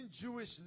Jewish